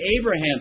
Abraham